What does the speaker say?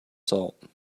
salt